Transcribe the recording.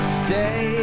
stay